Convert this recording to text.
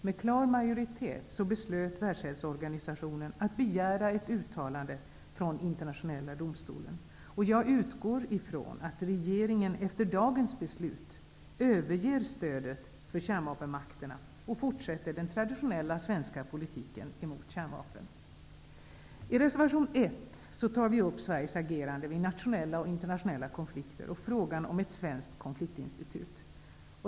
Med klar majoritet beslöt Världshälsoorganisationen att ett uttalande från Internationella domstolen skulle begäras. Och jag utgår från att regeringen efter dagens beslut överger stödet för kärnvapenmakterna och fortsätter att föra den traditionella svenska politiken mot kärnvapen. I reservation l tar vi upp Sveriges agerande vid nationella och internationella konflikter och frågan om ett svenskt konfliktinstitut.